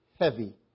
heavy